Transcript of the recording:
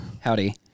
Howdy